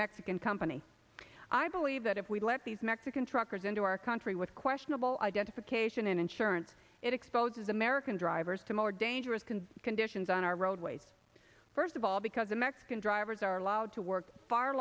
mexican company i believe that if we let these mexican truckers into our country with questionable identification and insurance it exposes american drivers to more dangerous can conditions on our roadways first of all because the mexican drivers are allowed to work far